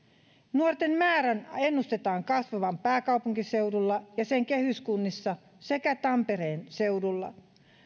nuorten määrän ennustetaan kasvavan pääkaupunkiseudulla ja sen kehyskunnissa sekä tampereen seudulla